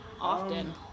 often